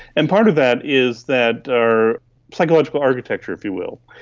and part of that is that our psychological architecture, if you will,